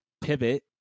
pivot